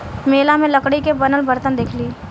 मेला में लकड़ी के बनल बरतन देखनी